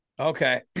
okay